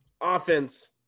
offense